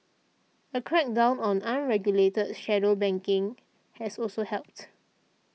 a crackdown on unregulated shadow banking has also helped